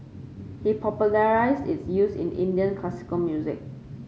he popularised its use in Indian classical music